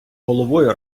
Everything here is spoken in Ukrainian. головою